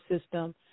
system